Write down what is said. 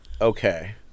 Okay